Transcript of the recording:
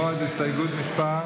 בועז טופורובסקי,